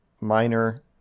minor